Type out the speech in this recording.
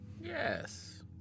Yes